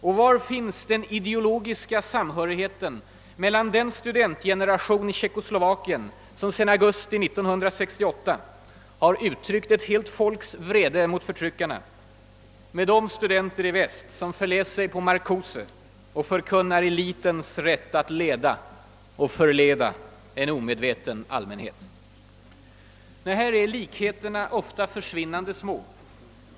Och var finns den ideologiska samhörigheten mellan den studentgeneration i Tjeckoslovakien, som sedan augusti 1968 har uttryckt ett helt folks vrede mot förtryckarna, och de studenter i väst som förläst sig på Marcuse och förkunnar elitens rätt att leda och förleda en omedveten allmänhet? Nej, här är likheterna ofta försvinnande små.